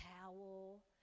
towel